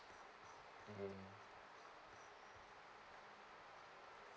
mmhmm